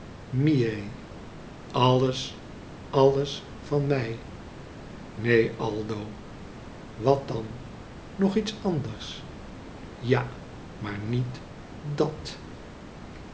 occhi miei alles alles van mij neen aldo wat dan nog iets anders ja maar niet dat